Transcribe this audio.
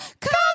come